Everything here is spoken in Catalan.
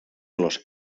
los